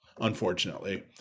unfortunately